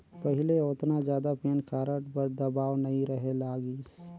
पहिले ओतना जादा पेन कारड बर दबाओ नइ रहें लाइस